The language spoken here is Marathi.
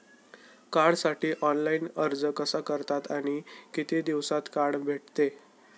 कार्डसाठी ऑनलाइन अर्ज कसा करतात आणि किती दिवसांत कार्ड भेटते?